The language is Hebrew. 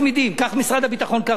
כך משרד הביטחון קרא לזה.